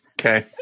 Okay